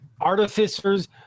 artificers